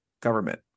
government